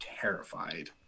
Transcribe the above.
terrified